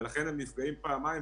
ולכן הם נפגעים פעמיים.